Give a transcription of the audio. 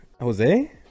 Jose